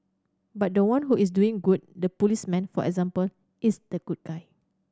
but the one who is doing good the policeman for example is the good guy